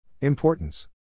Importance